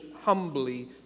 humbly